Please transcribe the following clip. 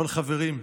אבל חברים,